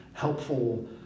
Helpful